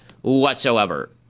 whatsoever